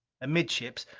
amidships,